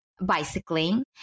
Bicycling